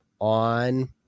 On